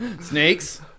Snakes